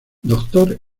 doctor